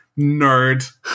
nerd